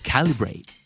Calibrate